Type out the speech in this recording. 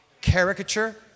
caricature